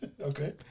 Okay